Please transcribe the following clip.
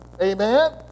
Amen